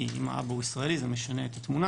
כי אם האב ישראלי זה משנה את התמונה